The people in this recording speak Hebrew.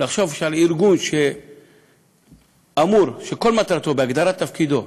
לחשוב שעל ארגון שאמור, שכל מטרתו, בהגדרת תפקידו,